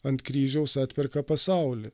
ant kryžiaus atperka pasaulį